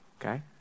Okay